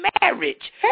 marriage